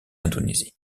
indonésie